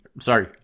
sorry